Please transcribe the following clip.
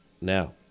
Now